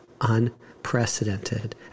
unprecedented